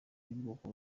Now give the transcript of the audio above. y’ubwoko